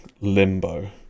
limbo